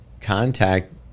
contact